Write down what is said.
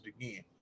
again